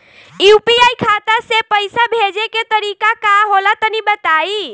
UPI खाता से पइसा भेजे के तरीका का होला तनि बताईं?